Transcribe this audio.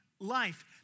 life